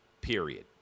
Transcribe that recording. period